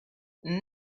and